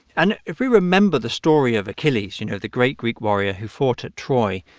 and if we remember the story of achilles, you know, the great greek warrior who fought at troy,